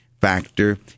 factor